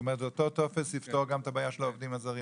זאת אומרת זה אותו טופס יפתור גם את הבעיה של העובדים זרים?